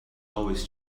always